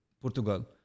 Portugal